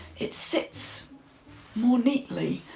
it sits more neatly.